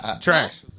Trash